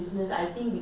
COVID